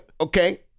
Okay